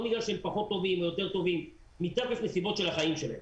לא בגלל שהם פחות טובים או יותר טובים אלא מתוקף נסיבות החיים שלהם.